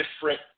different